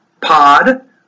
Pod